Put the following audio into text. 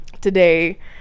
today